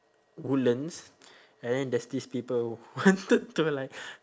woodlands and then there's this people wanted to like